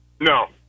No